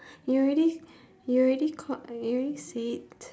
you already you already called you already said